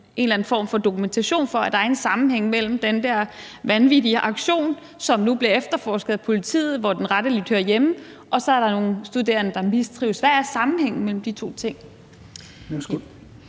en eller anden form for dokumentation for, at der er en sammenhæng mellem den der vanvittige aktion – som nu bliver efterforsket af politiet, hvor den rettelig hører hjemme – og det, at der er nogle studerende, som mistrives? Hvad er sammenhængen mellem de to ting?